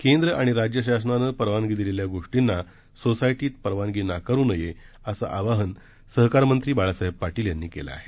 केंद्र आणि राज्य शासनानं परवानगी दिलेल्या गोष्टींना सोसायटीत परवानगी नाकारू नये असं आवाहन सहकारमंत्री बाळासाहेब पाटील यांनी केलं आहे